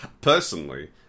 Personally